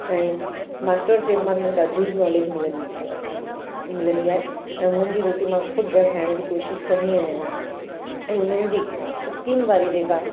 ऐं मास्टरशेफ मां मूंखे ॾाढी नॉलेज मिलंदी आहे मिलंदी आहे ऐं हुननि जी रोटी मां ख़ुदि घरु ठाहिण जी कोशिशि कंदी आहियां ऐं हुननि जी स्टीम वारी जेका